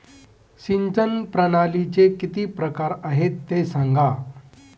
सिंचन प्रणालीचे किती प्रकार आहे ते सांगा